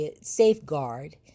safeguard